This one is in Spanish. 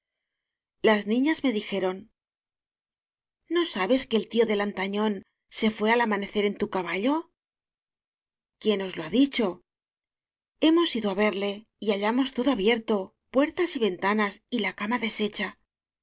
las niñas me dijeron m m t no sabes que el tío de lantañón se fué al amanecer en tu caballo quién os lo ha dicho hemos ido á verle y hallamos todo abierto puertas y ventanas y la cama